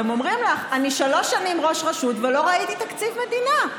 והם אומרים לך: אני שלוש שנים ראש רשות ולא ראיתי תקציב מדינה.